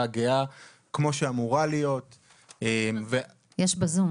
הגאה כמו שאמורה להיות -- יש בזום.